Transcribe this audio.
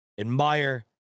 admire